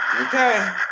Okay